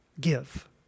Give